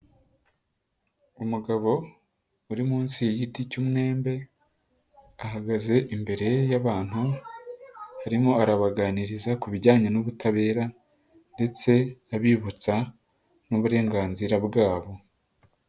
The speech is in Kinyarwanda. Umugabo uri munsi y'igiti cy'umwembe, ahagaze imbere ye yabantu, arimo arabaganiriza ku bijyanye n'ubutabera ndetse abibutsa n'uburenganzira bwabo.